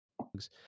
logs